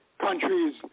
countries